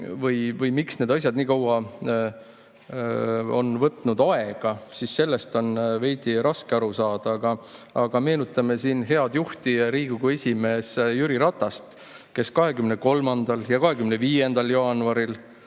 miks need asjad nii kaua aega on võtnud, siis sellest on veidi raske aru saada. Aga meenutame siin head juhti, Riigikogu esimeest Jüri Ratast, kes 23. ja 25. jaanuaril